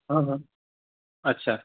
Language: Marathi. हां हां अच्छा